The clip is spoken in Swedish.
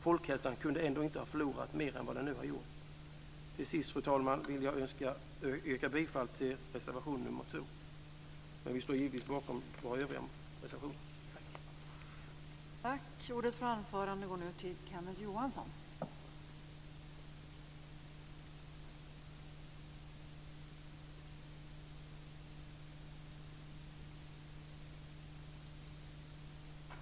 Folkhälsan kunde ändå inte ha förlorat mer än vad den nu har gjort. Till sist, fru talman, vill jag yrka bifall till reservation nr 2, men vi står givetvis bakom våra övriga reservationer.